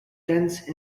dense